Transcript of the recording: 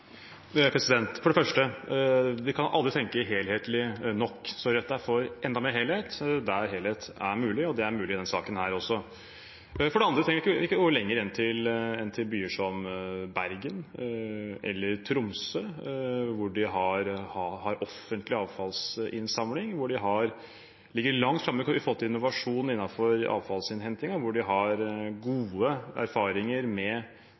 For det første: Vi kan aldri tenke helhetlig nok, så Rødt er for enda mer helhet der helhet er mulig, og det er mulig i denne saken også. For det andre trenger vi ikke å gå lenger enn til byer som Bergen eller Tromsø, hvor de har offentlig avfallsinnsamling, hvor de ligger langt framme med hensyn til innovasjon innenfor avfallsinnhenting og har gode erfaringer med